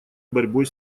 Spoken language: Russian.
борьбой